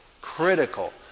critical